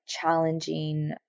challenging